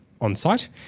on-site